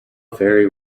very